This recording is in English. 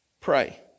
pray